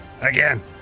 Again